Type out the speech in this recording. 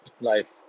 Life